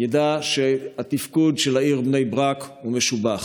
ידע שהתפקוד של העיר בני ברק הוא משובח.